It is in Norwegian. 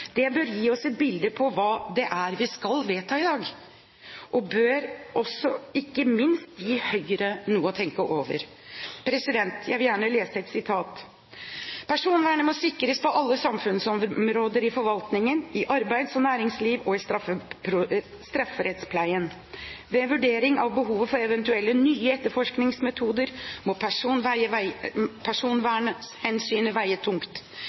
Det bør gi oss et bilde av hva det er vi skal vedta i dag, og det bør også gi ikke minst Høyre noe å tenke over. Jeg vil gjerne lese opp følgende: «Personvernet må sikres på alle samfunnsområder, i forvaltningen, i arbeids og næringsliv og i strafferettspleien. Ved vurderingen av behovet for eventuelle nye etterforskningsmetoder, må personvernhensyn veie tungt.